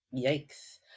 Yikes